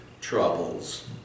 troubles